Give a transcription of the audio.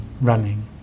Running